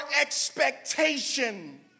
expectation